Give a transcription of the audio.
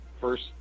first